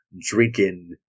drinking